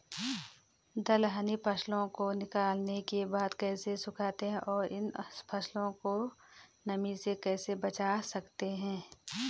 दलहनी फसलों को निकालने के बाद कैसे सुखाते हैं और इन फसलों को नमी से कैसे बचा सकते हैं?